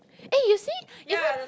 eh you see even